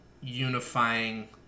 unifying